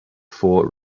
four